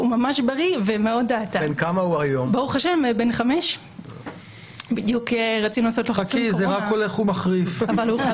בן 5. כל